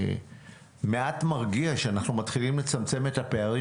מעט מרגיע שאנחנו מתחילים לצמצם את הפערים